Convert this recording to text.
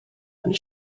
ond